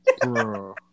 Bro